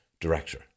director